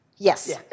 Yes